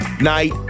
night